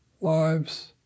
lives